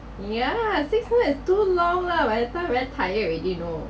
yeah six months is too long lah by that time very tired already you know